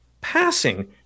passing